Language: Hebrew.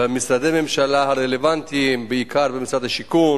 ובמשרדי הממשלה הרלוונטיים, בעיקר במשרד השיכון